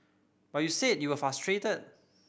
but you said you were frustrated